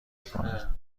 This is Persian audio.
میکنه